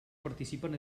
participen